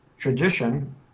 Tradition